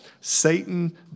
Satan